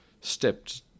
stepped